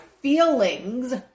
feelings